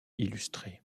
illustrés